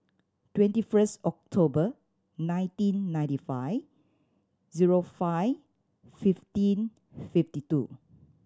twenty first October nineteen ninety five zero five fifteen fifty two